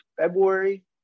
February